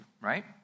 right